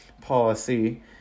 policy